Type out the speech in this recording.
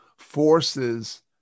forces